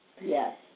yes